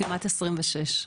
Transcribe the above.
כמעט 26,